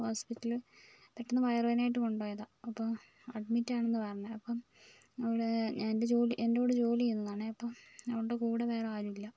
hospital പെട്ടന്ന് വയറ് വേദന ആയിട്ട് കൊണ്ട് പോയതാണ് അപ്പോൾ അഡ്മിറ്റാണെന്ന് പറഞ്ഞ് അപ്പം അവളേ എൻ്റെ ജോലി എൻ്റെ കൂടെ ജോലി ചെയ്യുന്നതാണെ അപ്പം അവളുടെ കൂടെ വേറെ ആരുമില്ല